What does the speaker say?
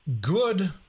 good